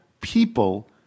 people